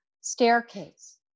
staircase